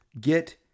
get